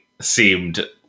seemed